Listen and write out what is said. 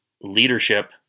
leadership